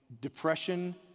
depression